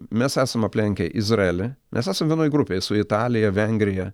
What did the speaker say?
mes esam aplenkę izraelį mes esam vienoj grupėj su italija vengrija